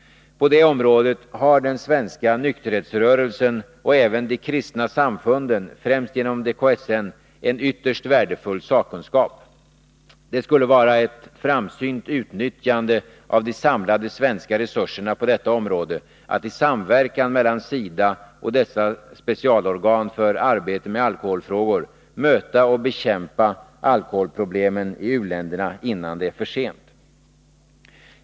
På detta område har den svenska nykterhetsrörelsen — och även de kristna samfunden, främst genom DKSN -— en ytterst värdefull sakkunskap. Det skulle vara ett framsynt utnyttjande av de samlade svenska resurserna på detta område att i samverkan mellan SIDA och dess specialorgan för arbete med alkoholfrågor möta och bekämpa alkoholproblemen i u-länderna innan det är för sent.